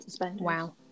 Wow